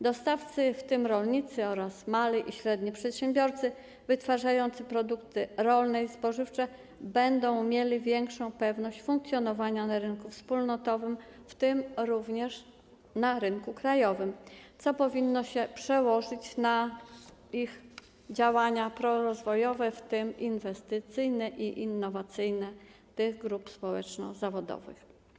Dostawcy, w tym rolnicy oraz mali i średni przedsiębiorcy wytwarzający produkty rolne i spożywcze, będą mieli większą pewność funkcjonowania na rynku wspólnotowym, w tym również na rynku krajowym, co powinno przełożyć się na działania prorozwojowe, w tym inwestycyjne i innowacyjne, jeśli chodzi o te grupy społeczno-zawodowe.